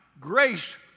Grace